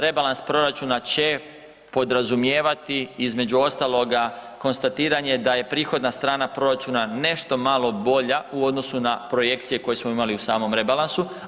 Rebalans proračuna će podrazumijevati između ostaloga konstatiranje da je prihodna strana proračuna nešto malo bolja u odnosu na projekcije koje smo imali u samom rebalansu.